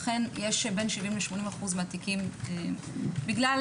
אכן בין 70% ל-80% מהתיקים בגלל